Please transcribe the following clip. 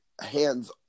hands